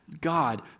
God